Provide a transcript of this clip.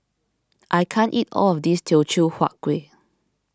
I can't eat all of this Teochew Huat Kuih